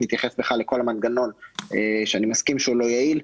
אתייחס לכל המנגנון שאני מסכים שהוא לא יעיל.